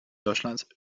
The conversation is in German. deutschland